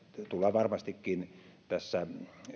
varmastikin tässä